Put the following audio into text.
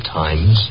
times